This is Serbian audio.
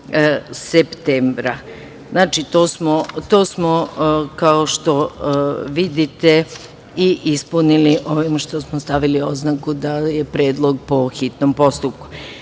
15. septembra. To smo, kao što vidite, i ispunili ovim što smo stavili oznaku da je predlog po hitnom postupku. Želim